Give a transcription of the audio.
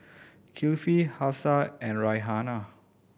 Kifli Hafsa and Raihana